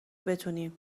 بتونیم